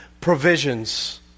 provisions